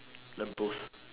lamppost